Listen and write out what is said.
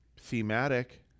thematic